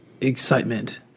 excitement